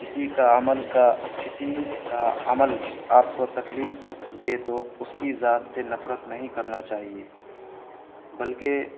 کسی کا عمل کا کسی کا عمل آپ کو تکلیف دے تو اس کی ذات سے نفرت نہیں کرنا چاہیے بلکہ